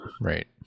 Right